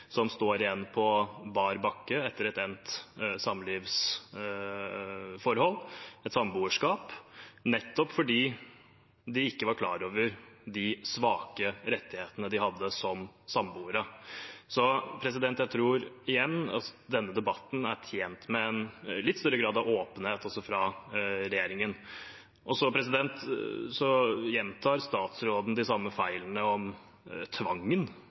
som har stått igjen på bar bakke etter et endt samlivsforhold, samboerskap, nettopp fordi de ikke var klar over de svake rettighetene de hadde som samboere. Jeg tror igjen at denne debatten er tjent med en litt større grad av åpenhet, også fra regjeringen. Statsråden gjentar de samme feilene om tvangen